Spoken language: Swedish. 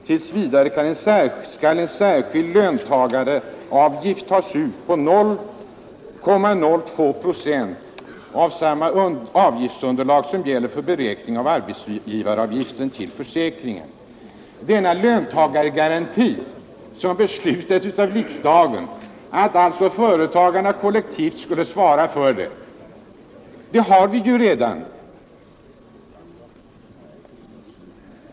Tills vidare skall en särskild lönegarantiavgift tas ut med 0,02 Z av samma avgiftsunderlag som gäller för beräkning av arbetsgivaravgiften till försäkringen.” Denna lönegaranti, som företagarna alltså enlig riksdagsbeslut kollektivt skall svara för, har vi ju redan.